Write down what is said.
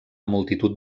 multitud